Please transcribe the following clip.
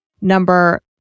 number